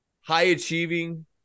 high-achieving